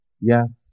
Yes